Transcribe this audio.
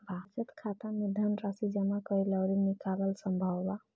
बचत खाता में धनराशि जामा कईल अउरी निकालल संभव बा